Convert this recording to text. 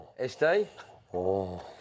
SD